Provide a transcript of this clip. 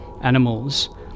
animals